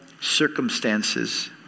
circumstances